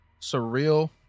surreal